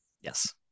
Yes